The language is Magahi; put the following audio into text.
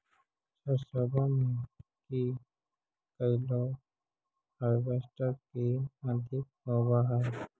सरसोबा मे की कैलो हारबेसटर की अधिक होब है?